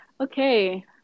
okay